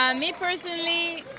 um me personally,